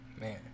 Man